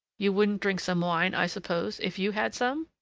you wouldn't drink some wine, i suppose, if you had some?